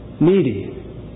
Needy